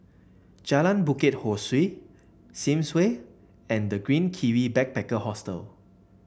Jalan Bukit Ho Swee Sims Way and The Green Kiwi Backpacker Hostel